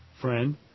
Friend